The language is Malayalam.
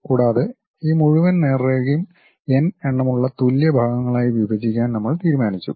കൂടാതെ ഈ മുഴുവൻ നേർരേഖയും എൻ എണ്ണമുള്ള തുല്യ ഭാഗങ്ങളായി വിഭജിക്കാൻ നമ്മൾ തീരുമാനിച്ചു